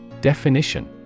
Definition